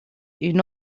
une